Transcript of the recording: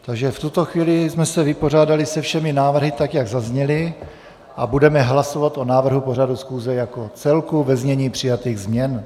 Takže v tuto chvíli jsme se vypořádali se všemi návrhy, tak jak zazněly, a budeme hlasovat o návrhu pořadu schůze jako celku ve znění přijatých změn.